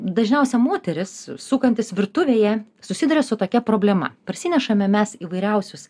dažniausia moterys sukantis virtuvėje susiduria su tokia problema parsinešame mes įvairiausius